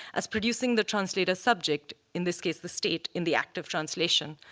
as producing the trans data subject, in this case the state, in the act of translation.